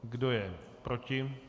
Kdo je proti?